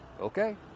okay